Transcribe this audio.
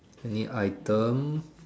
any item